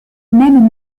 même